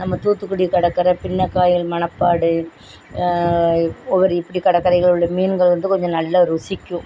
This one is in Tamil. நம்ம தூத்துக்குடி கடற்கரை பின்னக்காயில் மணப்பாடு உவரி இப்படி கடற்கரைகள் உள்ள மீன்கள் வந்து கொஞ்சம் நல்லா ருசிக்கும்